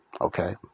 Okay